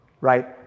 right